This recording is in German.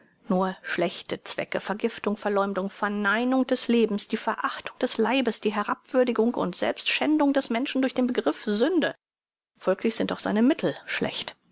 nur schlechte zwecke vergiftung verleumdung verneinung des lebens die verachtung des leibes die herabwürdigung und selbstschändung des menschen durch den begriff sünde folglich sind auch seine mittel schlecht